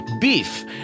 beef